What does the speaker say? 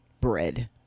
Bread